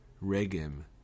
Regem